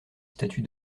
statue